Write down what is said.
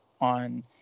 on